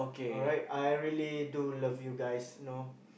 alright I really do love you guys you know